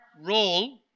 role